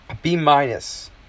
B-minus